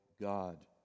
God